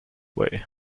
way